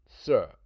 sir